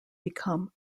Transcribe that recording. become